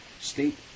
State